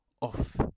off